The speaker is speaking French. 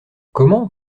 comment